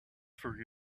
for